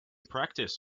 practice